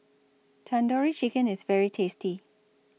Tandoori Chicken IS very tasty